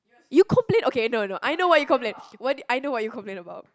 you complain okay no no I know what you complaint what I know are you complain about